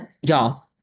Y'all